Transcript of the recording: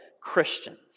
Christians